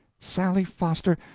sally foster,